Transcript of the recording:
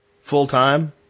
full-time